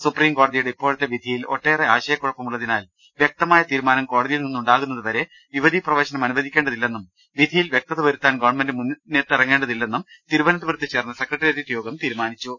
സുപ്രീംകോടതിയുടെ ഇപ്പോഴത്തെ വിധിയിൽ ഒട്ടേറെ ആശയക്കുഴപ്പമുള്ളതിനാൽ വൃക്തമായ തീരുമാനം കോടതിയിൽ നിന്നുണ്ടാകുന്നതുവരെ യുവതീ പ്രവേശനം അനുവദിക്കേണ്ടതില്ലെന്നും വിധി യിൽ വൃക്തത വരുത്താൻ ഗവൺമെന്റ് മുന്നിട്ടിറങ്ങേണ്ടതില്ലെന്നും തിരുവ നന്തപുരത്ത് ചേർന്ന സെക്രട്ടേറിയറ്റ് യോഗം തീരുമാനിച്ചു